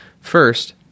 First